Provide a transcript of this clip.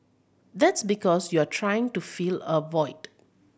that's because you're trying to fill a void